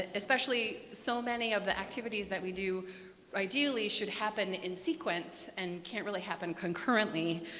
ah especially so many of the activities that we do ideally should happen in sequence and can't really happen concurrently.